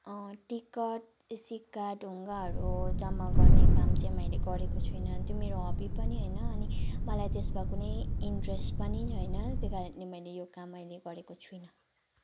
ticket सिक्का ढुङ्गाहरू जम्मा गर्ने काम चाहिँ मैले गरेको छुइनँ त्यो मेरो हबी पनि होइन अनि मलाई त्यसमा कुनै इन्ट्रेस्ट पनि छैन त्यो कारणले मैले यो काम अहिले गरेको छुइनँ